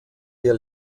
ihr